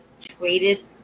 traded